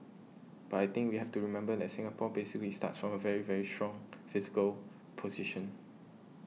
but I think we have to remember that Singapore basically starts from a very very strong fiscal position